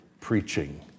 preaching